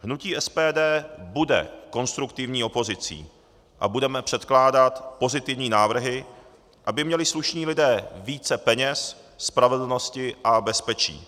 Hnutí SPD bude konstruktivní opozicí a budeme předkládat pozitivní návrhy, aby měli slušní lidé více peněz, spravedlnosti a bezpečí.